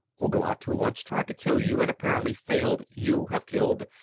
ouglat, who once tried to kill you and apparently failed, you have killed,